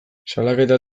salaketa